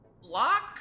Lock